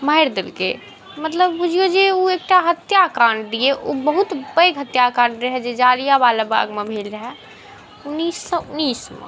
मारि देलकै मतलब बुझिऔ जे ओ एकटा हत्याकाण्ड अइ ओ बहुत पैघ हत्याकाण्ड रहै जे जलियाँवाला बागमे भेल रहै उनैस सओ उनैसमे